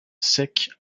sec